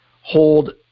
hold